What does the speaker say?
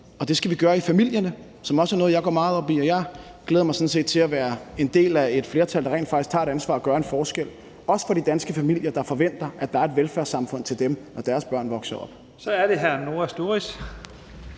og det skal vi gøre i familierne, som også er noget, jeg går meget op i. Og jeg glæder mig sådan set til at være en del af et flertal, der rent faktisk tager et ansvar og gør en forskel, også for de danske familier, der forventer, at der er et velfærdssamfund til dem, når deres børn vokser op. Kl. 11:09 Første